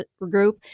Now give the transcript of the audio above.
Group